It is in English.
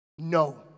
No